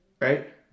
Right